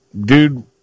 Dude